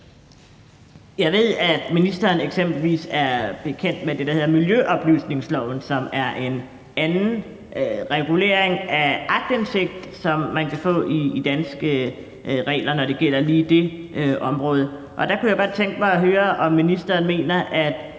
Jeg ved, at ministeren eksempelvis er bekendt med det, der hedder miljøoplysningsloven, som er en anden regulering af aktindsigt, som man kan få i danske regler, når det gælder lige det område, og der kunne jeg godt tænke mig at høre, om ministeren mener, at